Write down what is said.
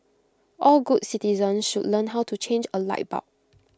all good citizens should learn how to change A light bulb